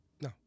No